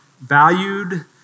valued